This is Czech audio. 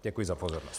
Děkuji za pozornost.